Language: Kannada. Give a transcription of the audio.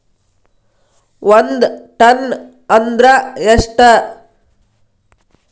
ಒಂದ್ ಟನ್ ಅಂದ್ರ ಎಷ್ಟ?